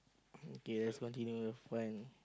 okay let us continue find